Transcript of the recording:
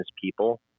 people